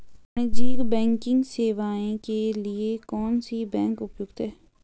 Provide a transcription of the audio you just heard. वाणिज्यिक बैंकिंग सेवाएं के लिए कौन सी बैंक उपयुक्त है?